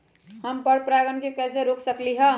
हम पर परागण के कैसे रोक सकली ह?